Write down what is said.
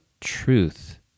truth